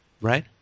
Right